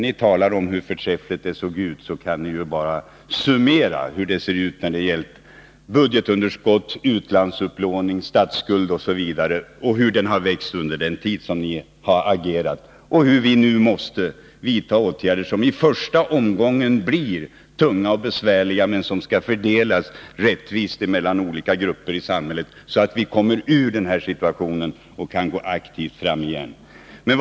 Ni talar om hur förträffligt det såg ut, men ni kan ju bara summera hur det har varit när det gällt budgetunderskott, utlandsupplåning, statsskuld osv. och hur allt detta har växt under den tid som ni har agerat. Vi måste nu vidta åtgärder som i första omgången blir tunga och besvärliga, men bördorna skall fördelas rättvist mellan olika grupper i samhället. Vi måste göra det för att komma ur en svår situation, så att vi aktivt kan gå framåt igen.